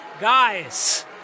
Guys